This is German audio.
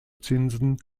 zinsen